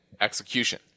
execution